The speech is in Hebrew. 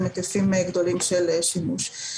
הם היקפים גדולים של שימוש.